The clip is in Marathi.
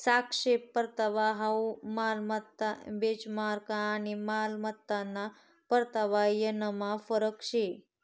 सापेक्ष परतावा हाउ मालमत्ता बेंचमार्क आणि मालमत्ताना परतावा यानमा फरक शे